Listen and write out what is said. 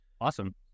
Awesome